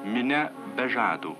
minia be žado